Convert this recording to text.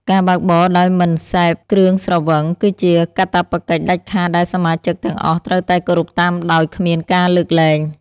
ការបើកបរដោយមិនសេពគ្រឿងស្រវឹងគឺជាកាតព្វកិច្ចដាច់ខាតដែលសមាជិកទាំងអស់ត្រូវតែគោរពតាមដោយគ្មានការលើកលែង។